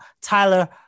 Tyler